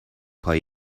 پای